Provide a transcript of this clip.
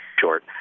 short